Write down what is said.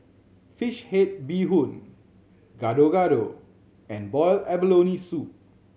fish head bee hoon Gado Gado and boiled abalone soup